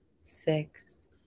six